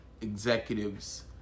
executives